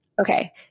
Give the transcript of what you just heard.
okay